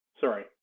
Sorry